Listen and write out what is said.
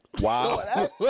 Wow